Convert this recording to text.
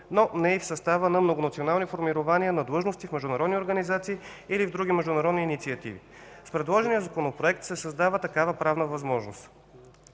но не и в състава на многонационални формирования, на длъжности в международни организации или в други международни инициативи. С предложения Законопроект се създава такава правна възможност.